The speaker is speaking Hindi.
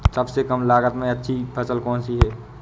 सबसे कम लागत में अच्छी फसल कौन सी है?